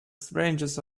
strangeness